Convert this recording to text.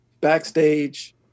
backstage